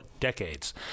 decades